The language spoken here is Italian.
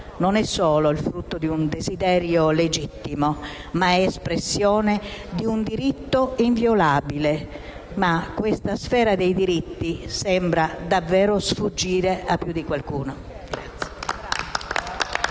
non è solo il frutto di un desidero legittimo, ma è espressione di un diritto inviolabile. Ma questa sfera dei diritti sembra davvero sfuggire a più di qualcuno.